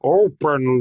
open